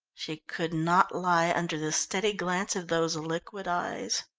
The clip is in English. she could not lie under the steady glance of those liquid eyes.